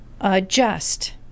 adjust